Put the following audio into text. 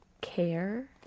care